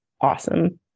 awesome